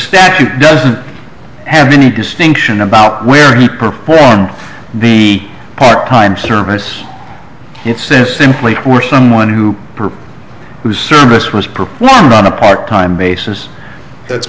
statute doesn't have any distinction about where he performed the part time service it's since simply for someone who whose service was performed on a part time basis that's